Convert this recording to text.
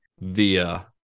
via